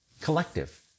collective